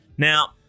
Now